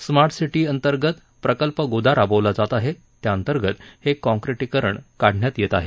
smart city अंतर्गत प्रकल्प गोदा राबवला जात असून त्या अंतर्गत हे काँक्रीटीकरण काढण्यात येत आहे